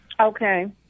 okay